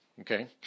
Okay